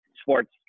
sports